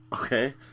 Okay